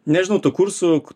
nežinau tų kursų